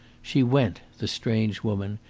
she went, the strange woman,